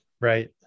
Right